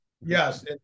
Yes